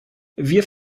wir